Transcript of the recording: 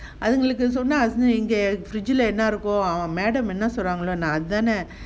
அதுகளுக்கு சொன்னா எங்க:athukalauku sonna enga fridge என்னா இருக்கும்:enna irukum madam என்ன சொல்லுவாங்க அதான:enna solluvaanga athaana